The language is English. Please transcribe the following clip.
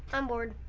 i'm bored.